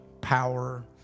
power